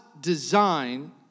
design